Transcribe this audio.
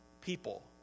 people